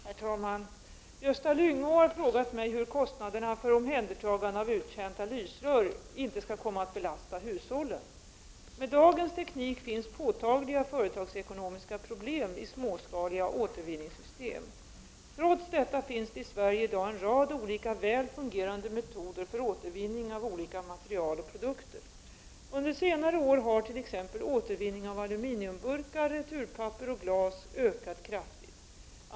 Herr talman! Gösta Lyngå har frågat mig hur kostnaderna för omhändertagande av uttjänta lysrör inte skall komma att belasta hushållen. Med dagens teknik finns påtagliga företagsekonomiska problem i småskaliga återvinningssystem. Trots detta finns det i Sverige i dag en rad olika väl fungerande metoder för återvinning av olika material och produkter. Under senare år har t.ex. återvinning av aluminiumburkar, returpapper och glas ökat kraftigt.